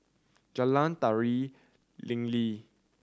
Jalan Tari Linli